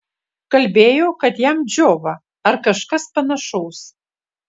kalbėjo kad jam džiova ar kažkas panašaus